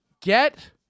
Get